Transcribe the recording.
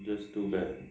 that's too bad